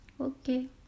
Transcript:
Okay